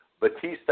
Batista